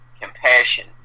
compassion